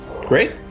Great